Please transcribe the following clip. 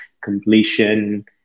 completion